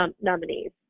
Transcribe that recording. nominees